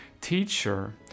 Teacher